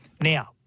Now